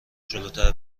جلوتر